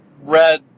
red